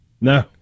No